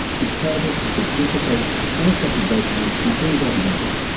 its purpose is to dissipate high static voltages from things like lightning.